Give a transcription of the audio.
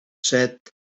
set